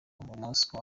moscow